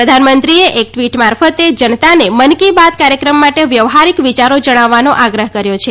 પ્રધાનમંત્રીએ એક ટ્વીટ મારફતે જનતાને મન કી બાત કાર્યક્રમ માટે વ્યવહારિક વિચારો જણાવવાનો આગ્રહ કર્યો છે